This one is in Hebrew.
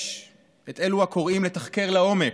יש את אלה הקוראים לתחקר לעומק,